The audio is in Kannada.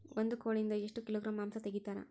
ಒಂದು ಕೋಳಿಯಿಂದ ಎಷ್ಟು ಕಿಲೋಗ್ರಾಂ ಮಾಂಸ ತೆಗಿತಾರ?